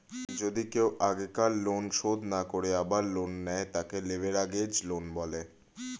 যদি কেও আগেকার লোন শোধ না করে আবার লোন নেয়, তাকে লেভেরাগেজ লোন বলে